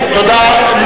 תודה.